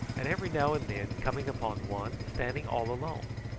and every now and then coming upon one standing all alone,